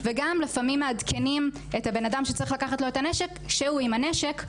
לפעמים מעדכנים את הבן אדם שצריך לקחת לו את הנשק כשהוא עם הנשק,